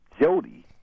Jody